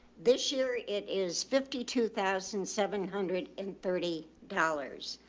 this year it is fifty two thousand seven hundred and thirty dollars.